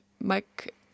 Mike